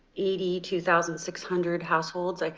eighty two thousand six hundred households. like